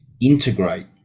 integrate